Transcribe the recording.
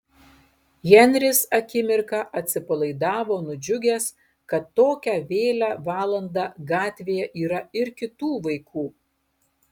henris akimirką atsipalaidavo nudžiugęs kad tokią vėlią valandą gatvėje yra ir kitų vaikų